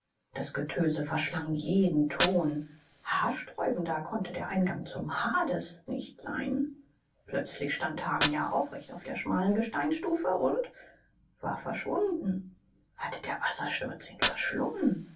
das getöse verschlang jeden ton haarsträubender konnte der eingang zum hades nicht sein plötzlich stand hamia aufrecht auf der schmalen gesteinsstufe und war verschwunden hatte der wassersturz ihn verschlungen